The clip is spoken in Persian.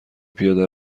پیاده